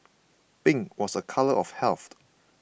pink was a colour of health